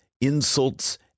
insults